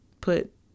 put